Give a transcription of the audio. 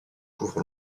couvrent